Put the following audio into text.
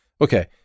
okay